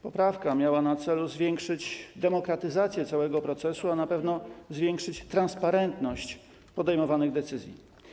Poprawka miała na celu zwiększenie demokratyzacji całego procesu, a na pewno zwiększenie transparentności podejmowanych decyzji.